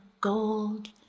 gold